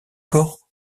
corps